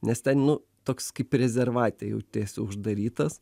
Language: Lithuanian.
nes ten nu toks kaip rezervate jautiesi uždarytas